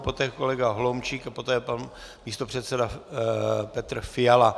Poté kolega Holomčík a poté pan místopředseda Petr Fiala.